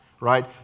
right